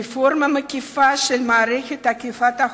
רפורמה מקיפה של מערכת אכיפת החוק,